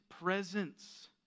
presence